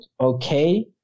okay